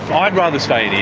i'd rather stay in